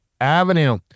Avenue